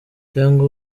cyangwa